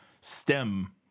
stem